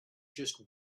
just